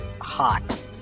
hot